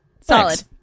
Solid